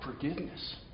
forgiveness